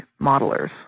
modelers